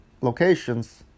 locations